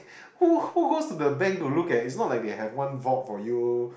who who goes to the bank to look at it's not like they have one vault for you